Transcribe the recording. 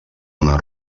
una